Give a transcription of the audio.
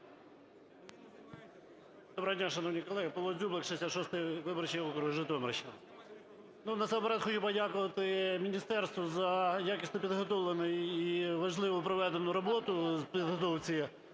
Доброго дня, шановні колеги, Павло Дзюблик, 66 виборчий округ, Житомирщина. Ну, насамперед хочу подякувати міністерству за якісно підготовлений і важливу проведену роботу з підготовки